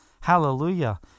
Hallelujah